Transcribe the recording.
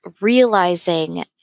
realizing